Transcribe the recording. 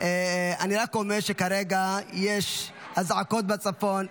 אני רק אומר שכרגע יש אזעקות בצפון,